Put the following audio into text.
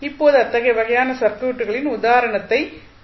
இப்போது அத்தகைய வகையான சர்க்யூட்களின் உதாரணத்தைப் பார்ப்போம்